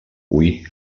hui